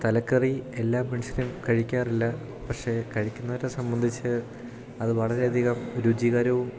തലക്കറി എല്ലാം മനുഷ്യനും കഴിക്കാറില്ല പക്ഷേ കഴിക്കുന്നവരെ സംബന്ധിച്ച് അത് വളരെ അധികം രുചികരവും